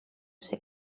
ser